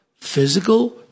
physical